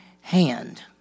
hand